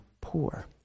poor